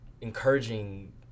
encouraging